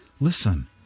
Listen